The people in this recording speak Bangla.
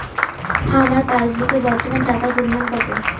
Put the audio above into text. আমার পাসবুকে বর্তমান টাকার পরিমাণ কত?